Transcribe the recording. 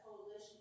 coalition